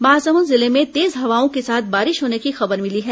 महासमूद जिले में तेज हवाओं के साथ बारिश होने की खबर मिली है